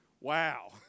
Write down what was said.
Wow